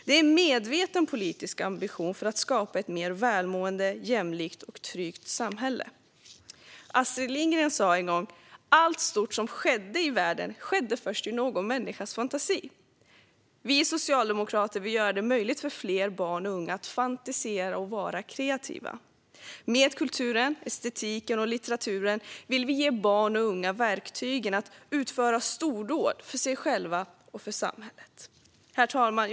Det är en medveten politisk ambition för att skapa ett mer välmående, jämlikt och tryggt samhälle. Astrid Lindgren sa en gång: "Allt stort som skedde i världen skedde först i någon människas fantasi." Vi socialdemokrater vill göra det möjligt för fler barn och unga att fantisera och vara kreativa. Med kulturen, estetiken och litteraturen vill vi ge barn och unga verktygen att utföra stordåd för sig själva och för samhället. Herr talman!